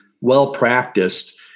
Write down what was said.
well-practiced